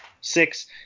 six